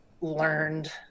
learned